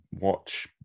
watch